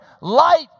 Light